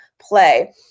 play